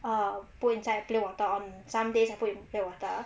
ah put inside plain water or some days in that water